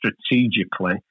strategically